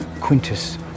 Quintus